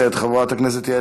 חברת הכנסת זהבה גלאון,